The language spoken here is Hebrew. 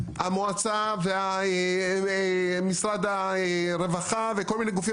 המועצה והמשרד הרווחה וכל מיני גופים